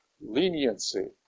leniency